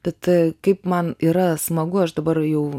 bet kaip man yra smagu aš dabar jau